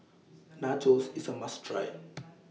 Nachos IS A must Try